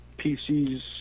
PCs